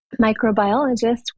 microbiologist